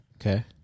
okay